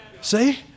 See